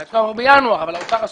היו צריכים לעבור בינואר אבל האוצר עסוק.